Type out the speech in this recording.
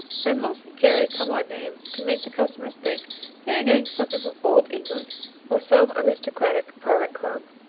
and mostly carry come-on names to make the customers think they are getting something from olde england or some aristocratic private club.